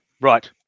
Right